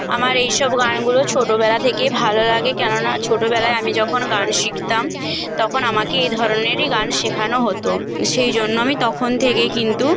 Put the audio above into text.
আমার এই সব গানগুলো ছোটবেলা থেকে ভালো লাগে কেননা ছোটবেলায় আমি যখন গান শিখতাম তখন আমাকে এই ধরনেরই গান শেখানো হতো সেই জন্য আমি তখন থেকে কিন্তু